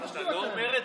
נו, באמת.